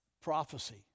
prophecy